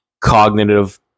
cognitive